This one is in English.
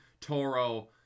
Toro